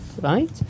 right